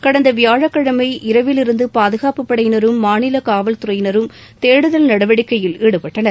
கடந்த வியாழக்கிழமை இரவிலிருந்து பாதுகாப்பு படையினரும் மாநில காவல்துறையினரும் தேடுதல் நடவடிக்கையில் ஈடுபட்டனர்